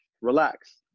relax